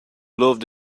loved